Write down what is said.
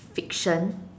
fiction